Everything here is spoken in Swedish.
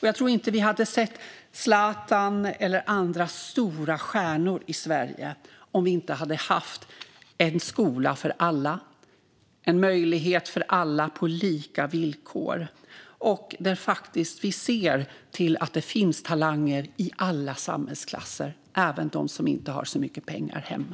Jag tror inte att vi hade sett Zlatan eller andra stora stjärnor i Sverige om vi inte hade haft en skola för alla, en möjlighet för alla på lika villkor och om vi inte sett till att det finns talanger i alla samhällsklasser, även hos dem som inte har så mycket pengar hemma.